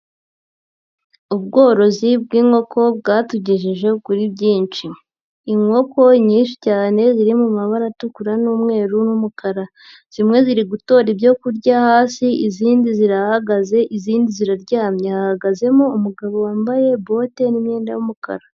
Ubworozi bw'inkoko bwatugejeje kuri byinshi, inkoko nyinshi cyane ziri mu mabara atukura n'umweru n'umukara, zimwe ziri gutora ibyo kurya hasi izindi zirahagaze izindi ziraryamye, hahagazemo umugabo wambaye bote n'imyenda y'umukara.